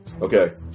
okay